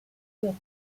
ghetto